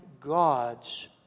God's